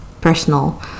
personal